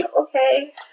Okay